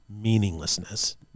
Meaninglessness